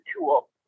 tool